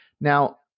Now